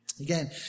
Again